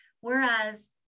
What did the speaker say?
Whereas